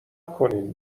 کنین